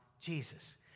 Jesus